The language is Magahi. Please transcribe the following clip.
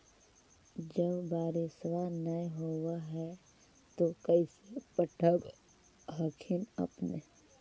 जब बारिसबा नय होब है तो कैसे पटब हखिन अपने?